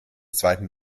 zweiten